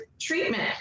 treatment